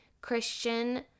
Christian